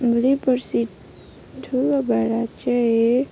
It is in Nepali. भोलि पर्सि ठुलो भएर चाहिँ